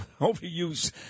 overuse